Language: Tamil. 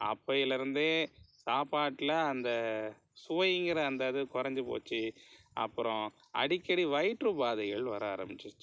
அப்போயிலருந்தே சாப்பாட்டில் அந்த சுவைங்கிற அந்த இது குறஞ்சி போச்சி அப்புறம் அடிக்கடி வயிற்று உபாதைகள் வர ஆரமிச்சிருச்சு